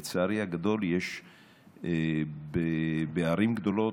לצערי הגדול, יש בערים גדולות,